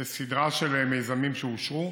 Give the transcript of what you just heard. יש סדרה של מיזמים, שאושרו